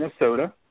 Minnesota